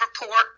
report